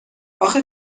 آخه